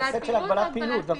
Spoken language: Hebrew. של הגבלת פעילות.